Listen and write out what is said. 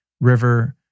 river